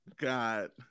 God